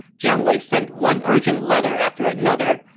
jiang wei sent one urgent letter after another,